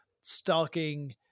stalking